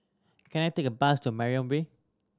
can I take a bus to Mariam Way